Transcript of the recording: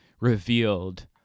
revealed